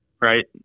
right